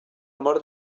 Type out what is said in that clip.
mort